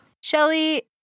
shelly